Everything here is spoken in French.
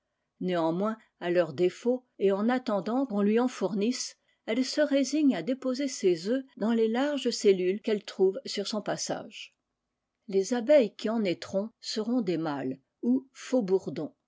néanmoins à leur défaut et en attendant qu'on lui en fournisse elle se résigne à déposer ses œufs dans les larges cellules qu'elle trouve sur son passage les abeilles qui en naîtront seront des mâles ou